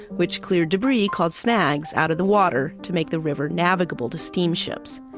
which cleared debris called snags out of the water to make the river navigable to steamships.